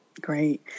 Great